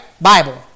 Bible